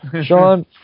Sean